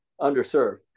underserved